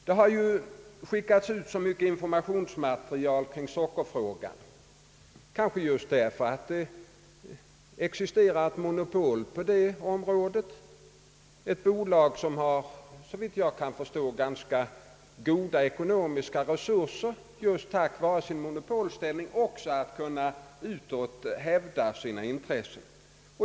Det har skickats ut så mycket informationsmaterial kring sockerfrågan, kanske just därför att det existerar ett monopol på det området för ett bolag som, såvitt jag kan förstå, har ganska goda ekonomiska resurser — just tack vare sin monopolställning — att också utåt hävda sina intressen.